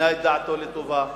שינה את דעתו לטובה